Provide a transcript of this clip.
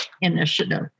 initiative